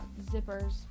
zippers